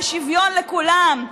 על שוויון לכולם.